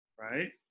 right